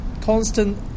constant